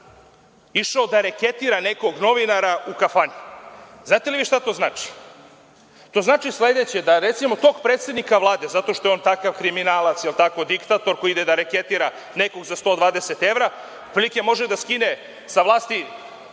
išao da reketira nekog novinara u kafani. Znate li vi šta to znači? To znači sledeće. Recimo, tog predsednika Vlade, zato što je on takav kriminalac, diktator koji ide da reketira nekog za 120 evra, otprilike može da skine sa vlasti